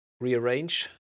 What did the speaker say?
rearrange